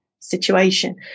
situation